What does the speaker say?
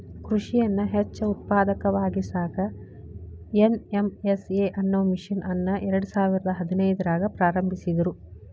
ಕೃಷಿಯನ್ನ ಹೆಚ್ಚ ಉತ್ಪಾದಕವಾಗಿಸಾಕ ಎನ್.ಎಂ.ಎಸ್.ಎ ಅನ್ನೋ ಮಿಷನ್ ಅನ್ನ ಎರ್ಡಸಾವಿರದ ಹದಿನೈದ್ರಾಗ ಪ್ರಾರಂಭಿಸಿದ್ರು